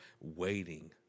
waiting